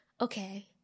okay